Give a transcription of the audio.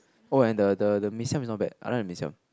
oh and the the the mee-siam is not bad I like the mee-siam